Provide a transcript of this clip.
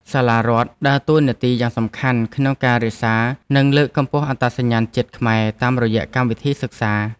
សាលារដ្ឋដើរតួនាទីយ៉ាងសំខាន់ក្នុងការរក្សានិងលើកកម្ពស់អត្តសញ្ញាណជាតិខ្មែរតាមរយៈកម្មវិធីសិក្សា។